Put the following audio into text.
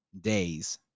days